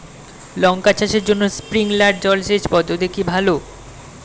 লঙ্কা চাষের জন্য স্প্রিংলার জল সেচ পদ্ধতি কি ভালো?